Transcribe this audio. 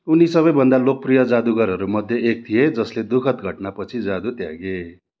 उनी सबैभन्दा लोकप्रिय जादुगरहरू मध्ये एक थिए जसले दुखद घटनापछि जादु त्यागे